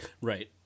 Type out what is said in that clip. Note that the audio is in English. Right